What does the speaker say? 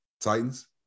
Titans